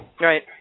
right